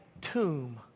tomb